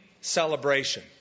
celebration